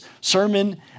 sermon